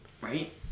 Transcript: Right